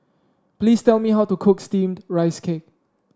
please tell me how to cook steamed Rice Cake